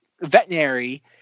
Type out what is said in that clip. veterinary